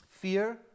fear